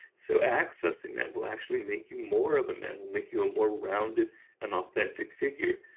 so accessing that will actually make you more of a man, will make you a more rounded and authentic figure.